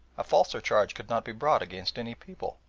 a falser charge could not be brought against any people.